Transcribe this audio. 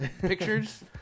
pictures